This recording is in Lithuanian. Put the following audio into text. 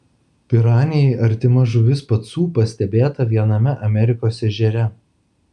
piranijai artima žuvis pacu pastebėta viename amerikos ežere